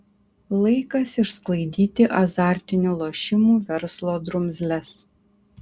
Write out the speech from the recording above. laikas išsklaidyti azartinių lošimų verslo drumzles